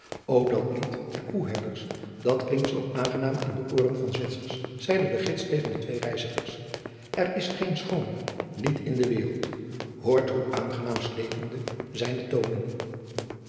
o dat lied der koeherders dat klinkt zoo aangenaam in de ooren van zwitsers zeide de gids tegen de twee reizigers er is geen schooner lied in de wereld hoort hoe aangenaam slepende zijn de toonen